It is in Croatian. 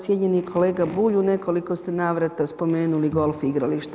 Cijenjeni kolega Bulj, u nekoliko ste navrata spomenuli golf igralište.